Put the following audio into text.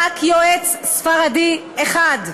רק יועץ ספרדי אחד,